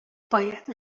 باید